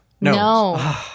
No